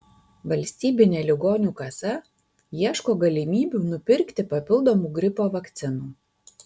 valstybinė ligonių kasa ieško galimybių nupirkti papildomų gripo vakcinų